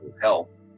health